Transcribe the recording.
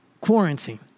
quarantine